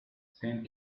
saint